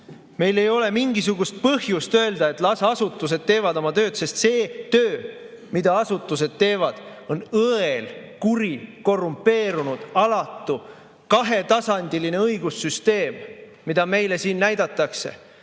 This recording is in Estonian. Meil ei ole mingisugust põhjust öelda, et las asutused teevad oma tööd, sest see töö, mida asutused teevad, on õel, kuri, korrumpeerunud, alatu, kahetasandiline õigussüsteem, mida meile siin näidatakse.